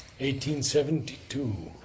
1872